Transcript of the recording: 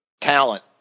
talent